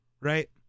Right